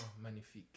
magnifique